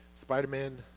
Spider-Man